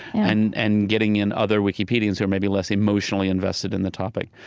and and getting in other wikipedians who are maybe less emotionally invested in the topic.